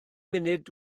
munud